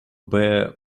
bare